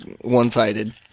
one-sided